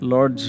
Lord